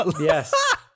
yes